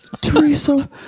Teresa